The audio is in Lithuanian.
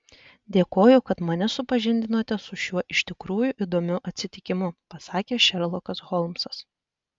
dėkoju kad mane supažindinote su šiuo iš tikrųjų įdomiu atsitikimu pasakė šerlokas holmsas